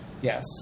Yes